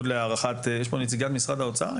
יש פה נציגת משרד האוצר?